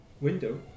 window